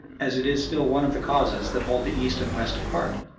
as it is still one of the causes that hold the east and west apart,